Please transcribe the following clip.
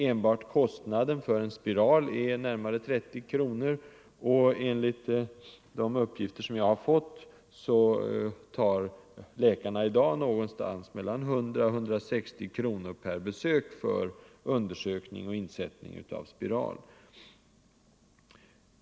Enbart kostnaden för en spiral är närmare 30 kronor, och enligt de uppgifter som jag har fått tar läkarna i dag någonstans mellan 100 och 160 kronor per besök för undersökning och insättning av spiral.